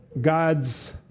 God's